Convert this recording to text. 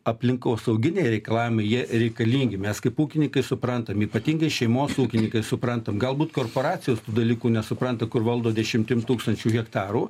aplinkosauginiai reikalavimai jie reikalingi mes kaip ūkininkai suprantam ypatingai šeimos ūkininkai suprantam galbūt korporacijos tų dalykų nesupranta kur valdo dešimtims tūkstančių hektarų